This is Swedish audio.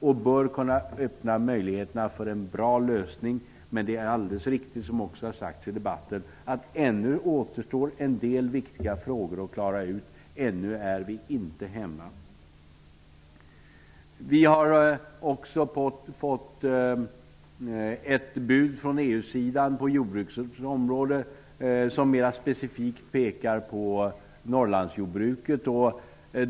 Det bör kunna öppna möjligheterna för en bra lösning. Men som också har sagts i debatten är det alldeles riktigt att ännu återstår en del viktiga frågor att klara ut. Ännu är vi inte hemma. Vi har också fått ett bud från EU-sidan om jordbruket. Det pekar mera specifikt mot Norrlandsjordbruket.